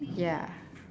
ya